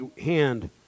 hand